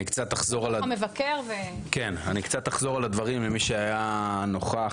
אני קצת אחזור על הדברים למי שהיה נוכח,